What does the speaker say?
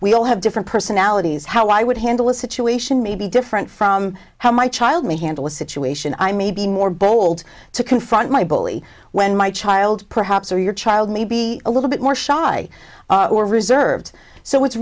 we all have different personalities how i would handle a situation may be different from how my child may handle a situation i may be more bold to confront my bully when my child perhaps or your child may be a little bit more shy or reserved so it's